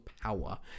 power